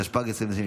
התשפ"ב 2022,